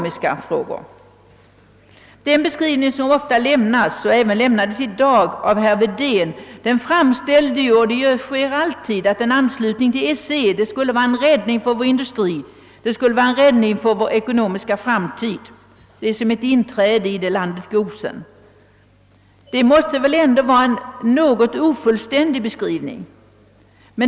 I den beskrivning, som ofta lämnas och som också gavs i dag av herr Wedén, görs det ju gällande att en anslutning till EEC skulle innebära räddningen för vår industri och vår ekonomiska framtid. Det är som ett inträde i det landet Gosen. Det måste väl vara en ofullständig beskrivning!